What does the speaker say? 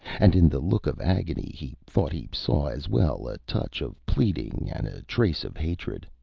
and in the look of agony he thought he saw as well a touch of pleading and a trace of hatred.